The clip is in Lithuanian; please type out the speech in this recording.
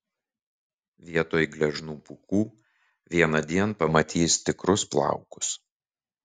vietoj gležnų pūkų vienądien pamatys tikrus plaukus